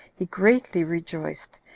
he greatly rejoiced,